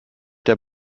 der